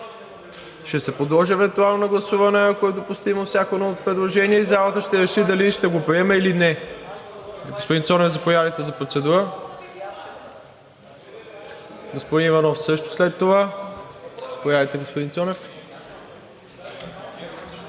Ще се подложи евентуално на гласуване, ако е допустимо – всяко едно предложение и залата ще реши дали ще го приеме или не. Господин Цонев, заповядайте за процедура. Господин Иванов също след това. Заповядайте,